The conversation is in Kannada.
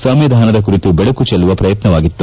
ಸಂವಿಧಾನದ ಕುರಿತು ದೆಳಕು ಚೆಲ್ಲುವ ಪ್ರಯತ್ನವಾಗಿತ್ತು